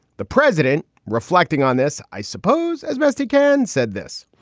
the president reflecting on this, i suppose, as best he can, said this.